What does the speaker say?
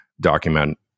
document